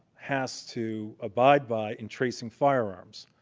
has to abide by in tracing firearms.